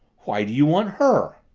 why do you want her?